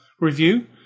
review